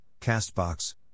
Castbox